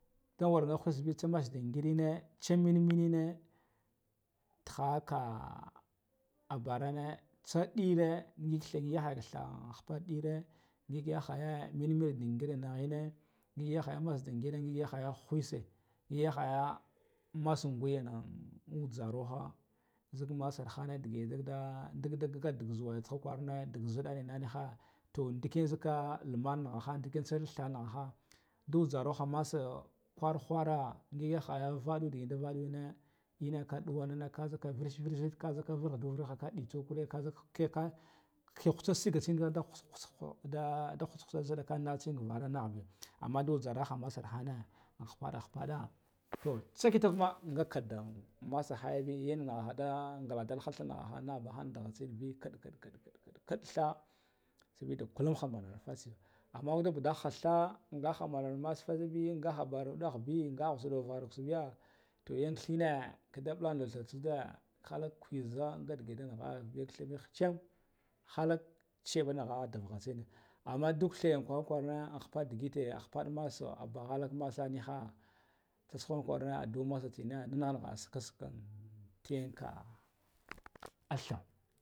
Ndawarga khusbe char minmine tahaka abarane tsadine ngig tha khupa thide ngig yakhaya minmin ndin ngiri yayine ngig yakhaya mass din ngiri yakhaya khuse, ngig yakhaya massa ngayenan uzaruha nzidda massan hanne ndag dagga zuwa tsaha harine dag nzidda inna niha toh ndiki yan zeka luman nakhaha ndi kiyam tsar naghahu nduzaraha massa khur khura ngig yakhana nvadudi nda vadune inna ka duwa nina kaduka virsh virsh kaduka virsh kadu karye kikhu tsa sigga nda khas khuska nda dah khas khlisa nzidda kanna tsen varanna be, amman ndu zuraha musi tsen hana khuppadu to tsaketanna nga kaddan massa hagabe yannanha nda ngla dal hathana nahbabe kad kad kad kad tha tsafida kulum ha manga fatse amma wuddu gudaha tsaka ngaha munan massa be ngaha bar wudaha be nga zudahar biya toh yan thine kadda ba natsantsude han kweza nga dagga de nkha fuchin cbiba nkha dagga vaha chine, amman duk thiyan karra karra ahappa digito ahappa masso adahalmassa nika nda tsusan kworina massa tsine saka sakan kinka